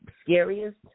scariest